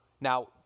Now